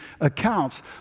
accounts